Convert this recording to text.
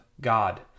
God